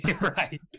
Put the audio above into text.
right